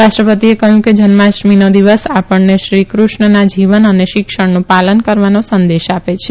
રાષ્ટ્રપતિએ કહયું કે જન્માષ્ટમીનો દિવસ આપણને શ્રી કૃષ્ણના જીવન અને શિક્ષણનું પાલન કરવાનો સંદેશ આપે છે